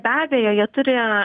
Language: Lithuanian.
be abejo jie turi